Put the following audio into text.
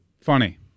funny